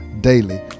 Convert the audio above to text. Daily